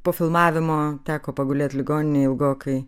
po filmavimo teko pagulėt ligoninėj ilgokai